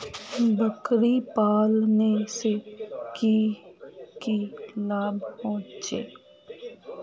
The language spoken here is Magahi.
बकरी पालने से की की लाभ होचे?